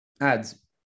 Ads